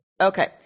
Okay